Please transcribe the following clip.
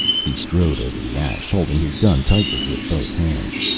he strode over the ash, holding his gun tightly with both hands.